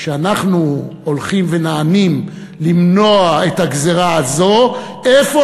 כשאנחנו הולכים ונענים למנוע את הגזירה הזאת: איפה